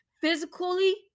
physically